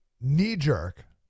knee-jerk